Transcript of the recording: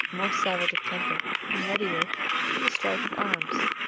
more savage of temper, and readier to the strife of arms,